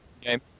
games